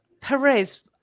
Perez